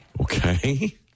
Okay